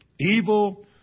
evil